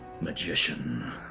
magician